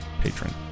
patron